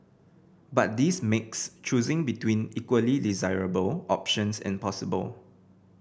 but this makes choosing between equally desirable options impossible